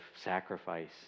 sacrifice